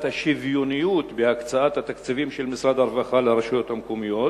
השוויוניות בהקצאת התקציבים של משרד הרווחה לרשויות המקומיות